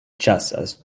ĉasas